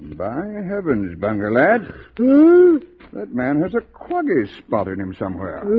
by heavens bangle ad dude that man has a quagga sh bothering him somewhere